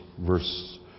verse